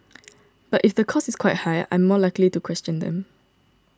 but if the cost is quite high I am more likely to question them